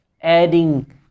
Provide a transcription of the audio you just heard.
adding